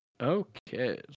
Okay